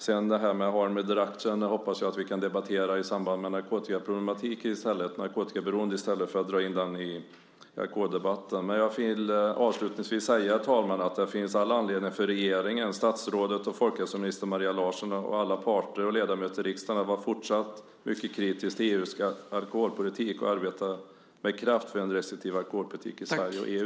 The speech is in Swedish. Frågan om harm reduction hoppas jag att vi kan debattera i samband med narkotikaberoende, i stället för att dra in den i alkoholdebatten. Jag vill avslutningsvis säga, herr talman, att det finns all anledning för regeringen, statsrådet och folkhälsominister Maria Larsson och alla ledamöter i riksdagen att vara fortsatt mycket kritiska till EU:s alkoholpolitik och arbeta med kraft för en restriktiv alkoholpolitik i Sverige och EU.